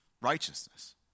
Righteousness